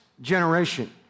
generation